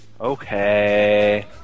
Okay